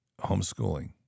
homeschooling